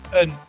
een